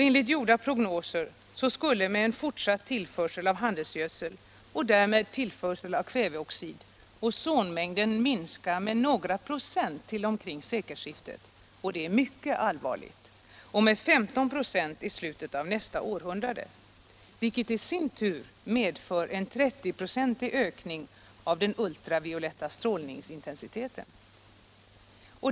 Enligt gjorda prognoser skulle med en fortsatt tillförsel av handelsgödsel — och därmed tillförseln av kväveoxid - ozonmängden minska med några procent till sekelskiftet, vilket är mycket allvarligt, och med 15 96 till slutet av nästa århundrade. Detta i sin tur skulle medföra en 30-procentig ökning av den ultravioletta strålningsintensiteten.